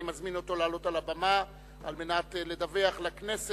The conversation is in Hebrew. אני מזמין אותו לעלות על הבמה על מנת לדווח לכנסת,